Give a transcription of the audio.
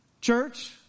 Church